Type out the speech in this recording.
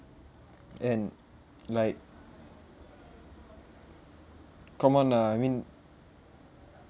and like come on ah I mean